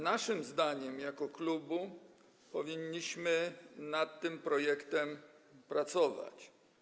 Naszym zdaniem jako klubu powinniśmy nad tym projektem pracować.